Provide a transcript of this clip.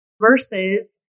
versus